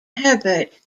herbert